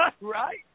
Right